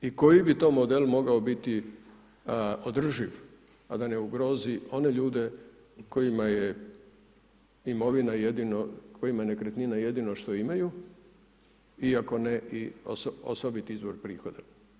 I koji bi to model mogao biti održiv, a da ne ugrozi one ljude kojima je imovina jedino, kojima je nekretnina jedino što imaju, iako ne i osobiti izvor prihoda.